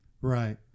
right